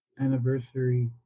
Anniversary